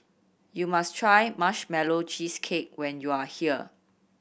you must try Marshmallow Cheesecake when you are here